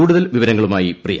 കൂടുതൽ വിവരങ്ങളുമായി പ്രിയ